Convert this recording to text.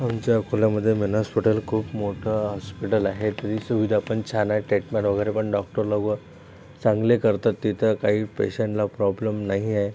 आमच्या अकोल्यामध्ये मेनासपटेल खूप मोठं हॉस्पिटल आहे त्याची सुविधा पण छान आहे टेटमेंट वगैरे पण डॉक्टर लोकं चांगले करतात तिथं काही पेशंटला प्रॉब्लेम नाही आहे